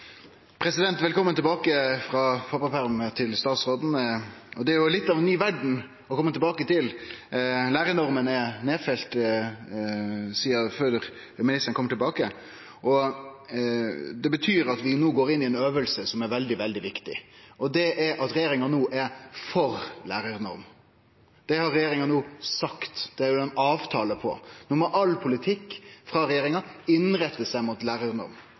tilbake frå pappaperm til statsråden. Det er litt av ei ny verd å kome tilbake til. Lærarnorma var nedfelt før ministeren kom tilbake. Det betyr at vi no går inn i ei øving som er veldig, veldig viktig, og det er at regjeringa no er for lærarnorm. Det har regjeringa no sagt, og det er det ein avtale om. No må all politikk frå regjeringa innrette seg mot lærarnorm.